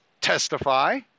testify